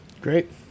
great